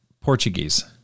portuguese